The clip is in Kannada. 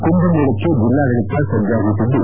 ಕುಂಭಮೇಳಕ್ಕೆ ಜಲ್ಲಾಡಳಿತ ಸಜ್ಜಾಗುತ್ತಿದ್ದು